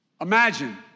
Imagine